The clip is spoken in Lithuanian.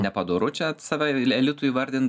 nepadoru čia save e elitu įvardint